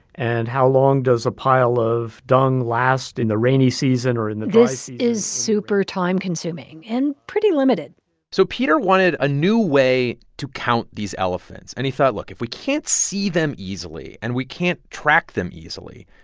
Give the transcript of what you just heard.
and how long does a pile of dung last in the rainy season or in the dry season? this is super time-consuming and pretty limited so peter wanted a new way to count these elephants. and he thought, look if we can't see them easily, and we can't track them easily,